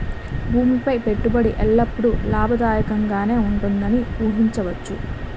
భూమి పై పెట్టుబడి ఎల్లప్పుడూ లాభదాయకంగానే ఉంటుందని ఊహించవచ్చు